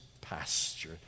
pasture